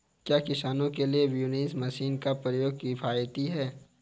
क्या किसानों के लिए विनोइंग मशीन का प्रयोग किफायती है?